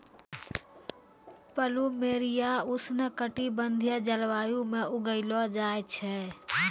plumeria उष्ण कटिबंधीय जलवायु म उगैलो जाय छै